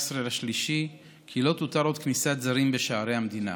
במרץ כי לא תותר עוד כניסת זרים בשערי המדינה.